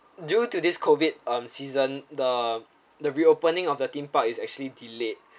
due to this COVID um season the the reopening of the theme park is actually delayed